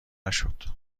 نشد